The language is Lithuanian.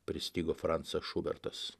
pristigo francas šubertas